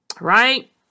Right